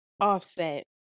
Offset